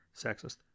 Sexist